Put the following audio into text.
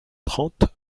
trente